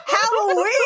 Halloween